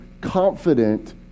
confident